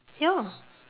ya